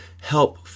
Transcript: help